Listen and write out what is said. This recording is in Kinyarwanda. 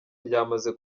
ryamaze